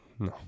No